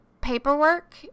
paperwork